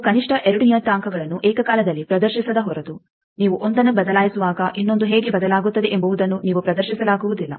ನೀವು ಕನಿಷ್ಟ ಎರಡು ನಿಯತಾಂಕಗಳನ್ನು ಏಕಕಾಲದಲ್ಲಿ ಪ್ರದರ್ಶಿಸದ ಹೊರತು ನೀವು ಒಂದನ್ನು ಬದಲಾಯಿಸುವಾಗ ಇನ್ನೊಂದು ಹೇಗೆ ಬದಲಾಗುತ್ತದೆ ಎಂಬುವುದನ್ನು ನೀವು ಪ್ರದರ್ಶಿಸಲಾಗುವುದಿಲ್ಲ